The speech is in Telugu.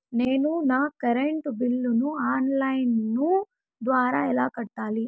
నేను నా కరెంటు బిల్లును ఆన్ లైను ద్వారా ఎలా కట్టాలి?